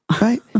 right